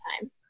time